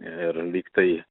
ir lygtai